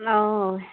অ